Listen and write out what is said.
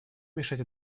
мешать